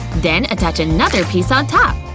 then attach another piece on top.